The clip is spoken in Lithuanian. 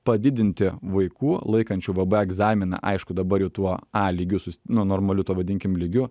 padidinti vaikų laikančių vbe egzaminą aišku dabar jau tuo a lygiu sus nu normaliu tuo vadinkim lygiu